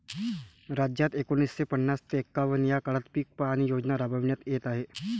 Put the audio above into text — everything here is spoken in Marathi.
राज्यात एकोणीसशे पन्नास ते एकवन्न या काळात पीक पाहणी योजना राबविण्यात येत आहे